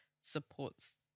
supports